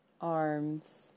arms